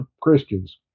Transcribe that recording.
Christians